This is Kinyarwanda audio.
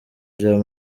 bya